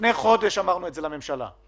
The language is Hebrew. לפני חודש אמרנו את זה לממשלה.